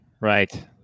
Right